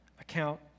account